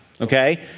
okay